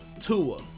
Tua